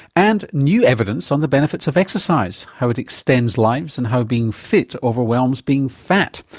and new evidence on the benefits of exercise, how it extends lives and how being fit overwhelms being fat.